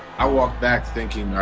i walked back thinking,